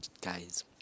guys